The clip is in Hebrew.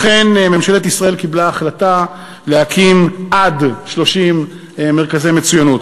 אכן ממשלת ישראל קיבלה החלטה להקים עד 30 מרכזי מצוינות.